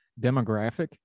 demographic